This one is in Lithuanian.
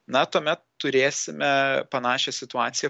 na tuomet turėsime panašią situaciją